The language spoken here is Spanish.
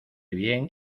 bien